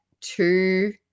two